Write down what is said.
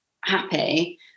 happy